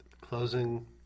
closing